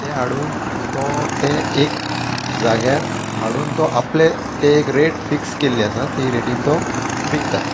ते हाडून तो तें एक जाग्यार हाडून तो आपले तें एक रेट फिक्स केल्ली आसा ते रेटीन तो विकता